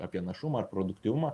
apie našumą ar produktyvumą